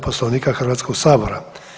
Poslovnika Hrvatskog sabora.